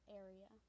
area